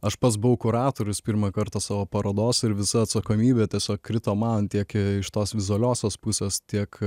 aš pats buvau kuratorius pirmą kartą savo parodos ir visa atsakomybė tiesiog krito man tiek iš tos vizualiosios pusės tiek